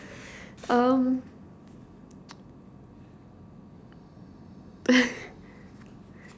um